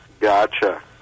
Gotcha